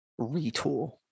retool